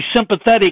sympathetic